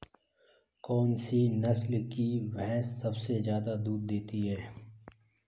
कौन सी नस्ल की भैंस सबसे ज्यादा दूध देती है?